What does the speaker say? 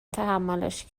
تحملش